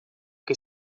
que